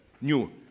new